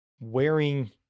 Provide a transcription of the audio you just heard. wearing